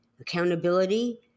accountability